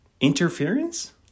interference